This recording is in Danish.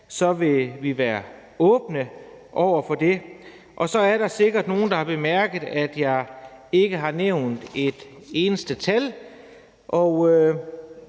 at vi vil være åbne over for det. Så er der sikkert nogle, der har bemærket, at jeg ikke har nævnt et eneste tal,